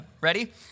ready